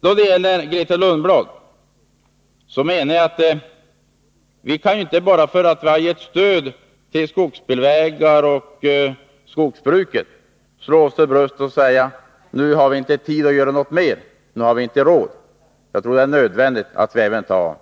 I fråga om Grethe Lundblads inlägg menar jag att vi inte kan slå oss till ro bara för att vi har gett stöd till skogsbilvägar och skogsbruk och säga: Vi har inte tid och råd att göra mer. Jag tror det är nödvändigt att vi även tar denna del.